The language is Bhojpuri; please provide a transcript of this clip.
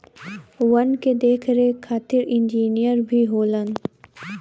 वन के देख रेख खातिर इंजिनियर भी होलन